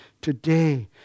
today